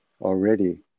already